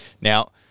Now